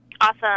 Awesome